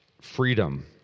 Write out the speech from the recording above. freedom